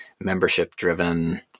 membership-driven